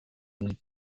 nun